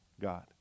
God